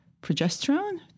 progesterone